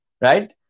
right